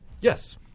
Yes